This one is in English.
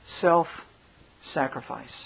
self-sacrifice